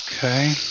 Okay